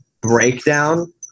breakdown